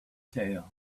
tail